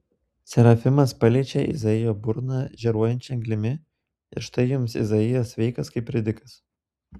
serafimas paliečia izaijo burną žėruojančia anglimi ir štai jums izaijas sveikas kaip ridikas